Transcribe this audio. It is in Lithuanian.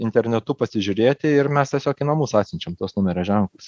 internetu pasižiūrėti ir mes tiesiog į namus atsiunčiam tuos numerio ženklus